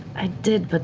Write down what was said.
i did, but